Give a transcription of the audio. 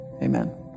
Amen